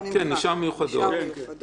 אבל עשר שנים מתגלגלות שיכולים להיות 30,